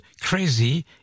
Crazy